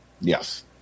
Yes